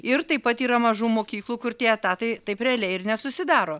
ir taip pat yra mažų mokyklų kur tie etatai taip realiai ir nesusidaro